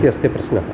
इति अस्ति प्रश्नः